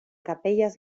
capelles